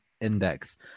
index